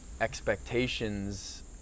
expectations